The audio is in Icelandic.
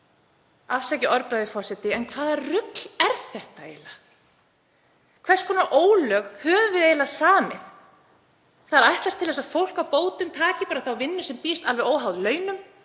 Afsakið orðbragðið, forseti, en hvaða rugl er þetta eiginlega? Hvers konar ólög höfum við eiginlega samið? Það er ætlast til þess að fólk á bótum taki bara þá vinnu sem býðst alveg óháð launum,